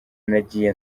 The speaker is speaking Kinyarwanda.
nagiye